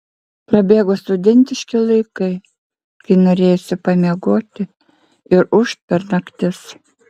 prabėgo studentiški laikai kai norėjosi pamiegoti ir ūžt per naktis